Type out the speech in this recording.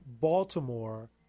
Baltimore